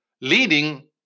Leading